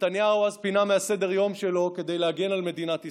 נתניהו אז פינה מסדר-היום שלו כדי להגן על מדינת ישראל.